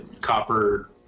copper